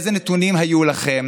איזה נתונים היו לכם,